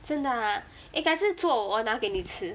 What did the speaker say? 真的 ah eh 改次做我拿给你吃